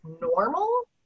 normal